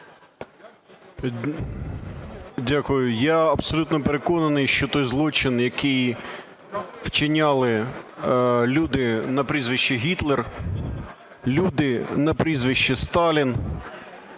Дякую. Я абсолютно переконаний, що той злочин, який вчиняли люди на прізвище Гітлер, люди на прізвище Сталін,